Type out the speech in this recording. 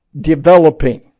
developing